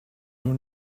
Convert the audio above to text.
nur